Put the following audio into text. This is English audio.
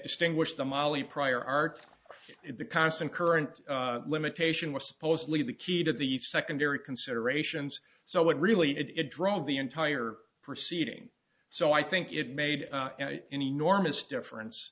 distinguished the mali prior art the constant current limitation was supposedly the key to the secondary considerations so what really is it drawing the entire proceeding so i think it made an enormous difference